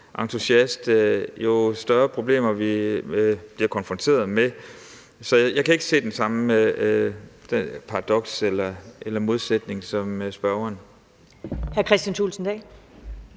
EU-/Europaentusiast, jo større problemer vi er blevet konfronteret med. Så jeg kan ikke se det samme paradoks eller den samme målsætning som spørgeren.